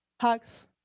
Hugs